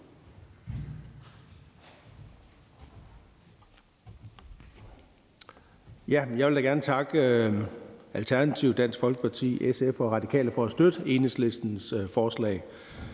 Jeg vil da gerne takke Alternativet, Dansk Folkeparti, SF og Radikale for at støtte Enhedslistens forslag,